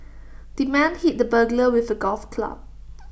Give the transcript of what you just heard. the man hit the burglar with A golf club